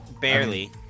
Barely